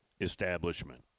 establishment